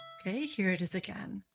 okay? here it is again.